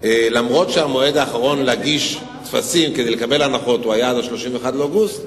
אומנם המועד האחרון להגיש טפסים כדי לקבל הנחות היה 31 באוגוסט,